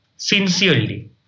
sincerely